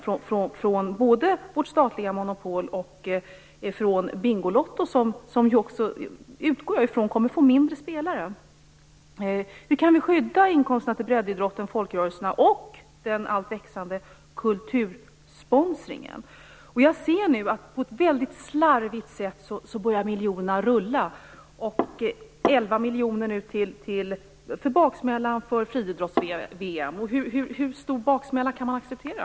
Det gäller både spelen från vårt statliga monopol och från Bingolotto, som - utgår jag från - kommer att få färre spelare. Hur kan vi skydda inkomsterna för breddidrotten och folkrörelserna och från den alltmer växande kultursponsringen? Jag ser nu att miljonerna börjar rulla på ett väldigt slarvigt sätt. 11 miljoner kronor blev kostnaden för baksmällan efter friidrotts-VM. Hur stor baksmälla kan man acceptera?